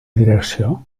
direcció